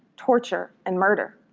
torture and murder.